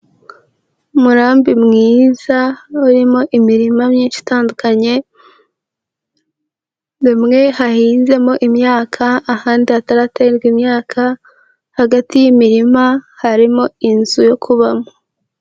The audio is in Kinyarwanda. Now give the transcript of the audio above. Umurambi mwiza urimo imirima myinshi itandukanye, imwe hahinzemo imyaka, ahandi hataraterwa imyaka, hagati y'imirima harimo inzu yo kubamo.